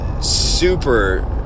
super